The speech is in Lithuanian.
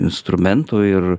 instrumentų ir